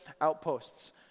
outposts